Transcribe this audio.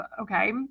okay